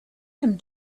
him